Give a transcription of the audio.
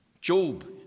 Job